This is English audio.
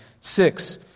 Six